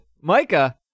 Micah